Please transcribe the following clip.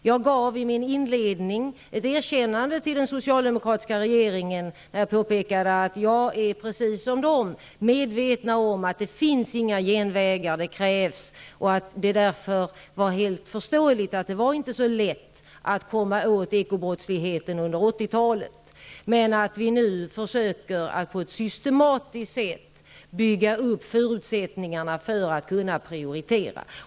Jag gav i inledningen av mitt anförande ett erkännande till den socialdemokratiska regeringen då jag påpekade att jag är, precis som Socialdemokraterna, medveten om att det inte finns några genvägar och att det därför är helt förståeligt att det inte var så lätt att komma åt ekobrottsligheten under 80-talet. Men nu försöker vi på ett systematiskt sätt att bygga upp förutsättningarna för att kunna prioritera.